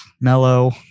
mellow